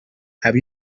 have